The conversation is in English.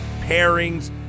pairings